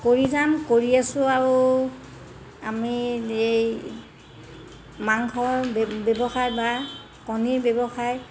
কৰি যাম কৰি আছো আৰু আমি এই মাংসৰ ব্যৱসায় বা কণীৰ ব্যৱসায়